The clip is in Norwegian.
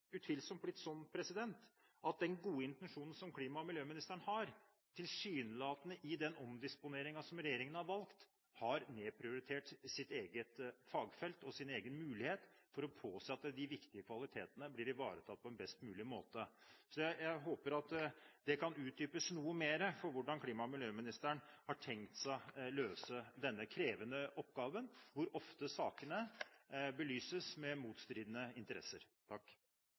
utvilsomt blitt sånn – trass i den gode intensjonen som klima- og miljøministeren har, tilsynelatende, i den omdisponeringen regjeringen har valgt – at hun har nedprioritert sitt eget fagfelt og sin egen mulighet for å påse at de viktige kvalitetene blir ivaretatt på en best mulig måte. Jeg håper at det kan utdypes noe mer hvordan klima- og miljøministeren har tenkt å løse denne krevende oppgaven, hvor sakene ofte belyses med motstridende interesser.